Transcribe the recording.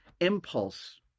impulse